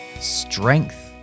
strength